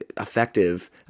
effective